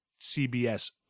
CBS